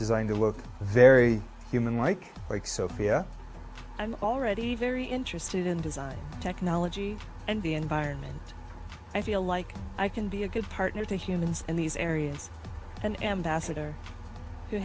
designed to work very human like like sophia i'm already very interested in design technology and the environment i feel like i can be a good partner to humans in these areas an ambassador who